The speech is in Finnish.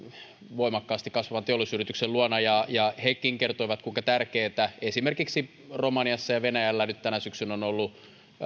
voimakkaasti kasvavan teollisuusyrityksen luona ja ja hekin kertoivat kuinka tärkeätä esimerkiksi romaniassa ja venäjällä nyt tänä syksynä on ollut